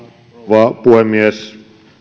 rouva puhemies